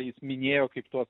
jis minėjo kaip tuos